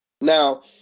Now